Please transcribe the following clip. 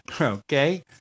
Okay